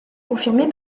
confirmée